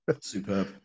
Superb